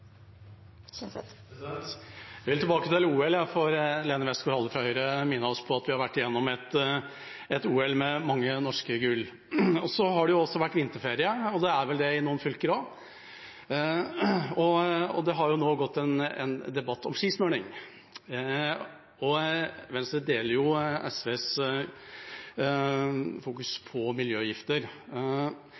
vil tilbake til OL, jeg, for Lene Westgaard-Halle fra Høyre minnet oss på at vi har vært gjennom et OL med mange norske gull. Så har det også vært vinterferie, og det er vel det i noen fylker nå også. Det har gått en debatt om skismurning. Venstre deler SVs fokus på